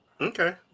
Okay